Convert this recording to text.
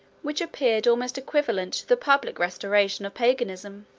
which appeared almost equivalent to the public restoration of paganism.